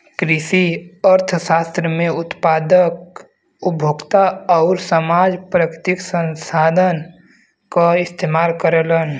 कृषि अर्थशास्त्र में उत्पादक, उपभोक्ता आउर समाज प्राकृतिक संसाधन क इस्तेमाल करलन